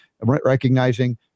recognizing